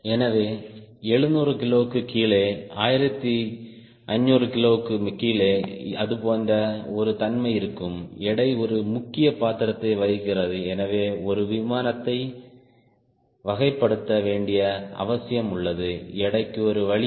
எனவே 700 கிலோவுக்குக் கீழே 1500 கிலோவுக்குக் கீழே அது போன்ற ஒரு தன்மை இருக்கும் எடை ஒரு முக்கிய பாத்திரத்தை வகிக்கிறது எனவே ஒரு விமானத்தை வகைப்படுத்த வேண்டிய அவசியம் உள்ளது எடைக்கு ஒரு வழி